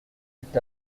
est